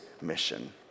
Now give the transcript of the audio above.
mission